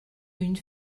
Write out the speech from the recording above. une